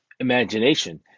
imagination